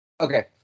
okay